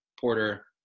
Porter